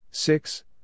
Six